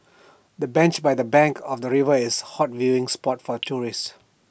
the bench by the bank of the river is A hot viewing spot for tourists